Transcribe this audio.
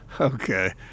Okay